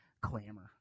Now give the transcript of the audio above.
Clamor